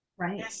Right